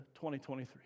2023